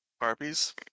harpies